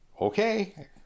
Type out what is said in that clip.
okay